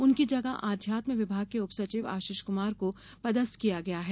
उनकी जगह आध्यात्म विभाग के उपसचिव आशीष कुमार को पदस्थ किया गया है